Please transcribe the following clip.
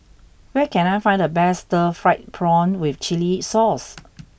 where can I find the best Stir Fried Prawn with Chili Sauce